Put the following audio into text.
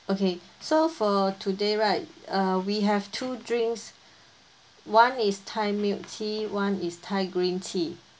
okay so for today right uh we have two drinks one is thai milk tea one is thai green tea